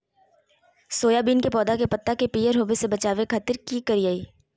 Soybean के पौधा के पत्ता के पियर होबे से बचावे खातिर की करिअई?